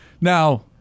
Now